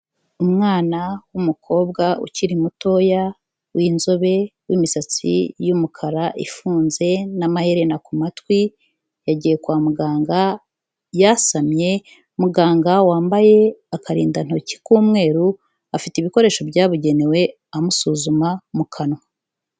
Umwana w'umukobwa ukiri mutoya w'inzobe, w'imisatsi y'umukara ifunze n'amaherena ku matwi yagiye kwa muganga yasamye muganga wambaye akarindantoki k'umweru, afite ibikoresho byabugenewe amusuzuma mu kanwa.